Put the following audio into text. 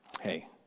hey